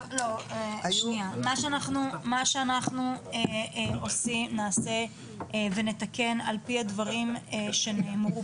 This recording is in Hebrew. מה שאנחנו נעשה ונתקן על פי הדברים שנאמרו